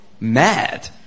Mad